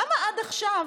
למה עד עכשיו